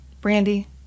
Brandy